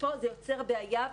זה יוצר בעיה.